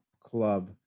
club